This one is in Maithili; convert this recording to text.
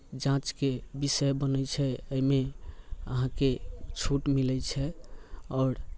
जाँचके बिषय बनैत छै एहिमे अहाँकेँ छूट मिलैत छै आओर